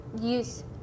use